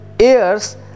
ears